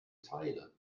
teile